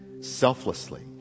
selflessly